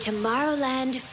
Tomorrowland